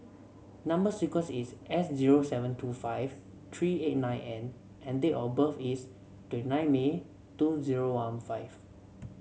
number sequence is S zero seven two five three eight nine N and date of birth is twenty nine May two zero one five